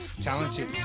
talented